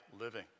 living